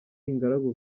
ingaragu